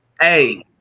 Hey